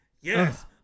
Yes